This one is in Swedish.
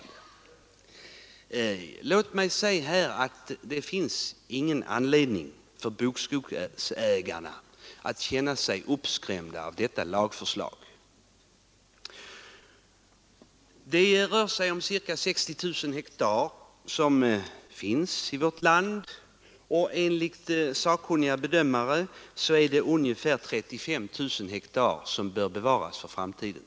Men låt mig då säga att det finns ingen anledning för bokskogsägarna att känna sig skrämda av detta lagförslag. Här rör det sig om ca 60 000 ha skog i vårt land, och enligt sakkunniga bedömare bör ungefär 35 000 ha bevaras för framtiden.